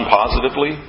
positively